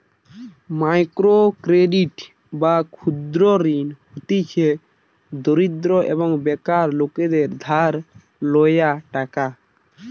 micro credit বা ক্ষুদ্র ঋণ হতিছে দরিদ্র এবং বেকার লোকদের ধার লেওয়া টাকা